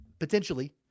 Potentially